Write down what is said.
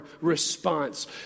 response